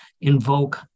invoke